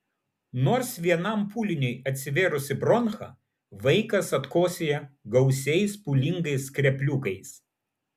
nors vienam pūliniui atsivėrus į bronchą vaikas atkosėja gausiais pūlingais skrepliukais